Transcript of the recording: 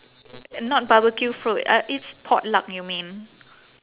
not barbecue food uh it's pot luck you mean